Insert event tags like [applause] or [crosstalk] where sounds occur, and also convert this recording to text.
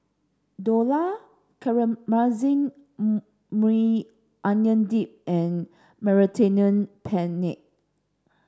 Dhokla [unintelligible] Maui Onion Dip and [unintelligible] Penne